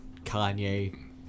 Kanye